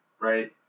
right